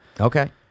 Okay